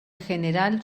general